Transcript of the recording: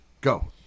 go